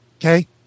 okay